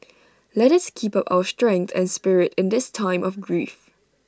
let us keep up our strength and spirit in this time of grief